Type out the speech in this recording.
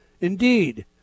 Indeed